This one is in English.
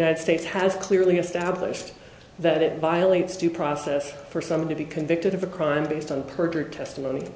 united states has clearly established that it violates due process for somebody convicted of a crime based on perjured testimony